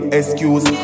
excuse